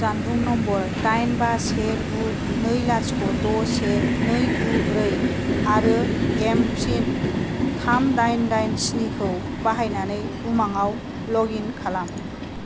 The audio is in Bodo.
जानबुं नम्बर दाइन बा से गु नै लाथिख' द' से नै गु ब्रै आरो एम पिन थाम दाइन दाइन स्नि खौ बाहायनानै उमांआव लग इन खालाम